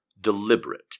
deliberate